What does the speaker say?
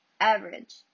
average